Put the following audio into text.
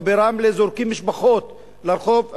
או ברמלה זורקים משפחות לרחוב,